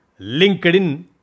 LinkedIn